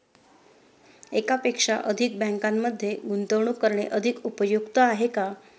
एकापेक्षा अधिक बँकांमध्ये गुंतवणूक करणे अधिक उपयुक्त आहे का?